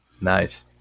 Nice